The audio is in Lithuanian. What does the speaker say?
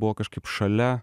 buvo kažkaip šalia